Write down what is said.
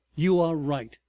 you are right.